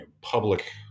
public